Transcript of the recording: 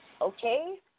Okay